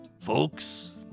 folks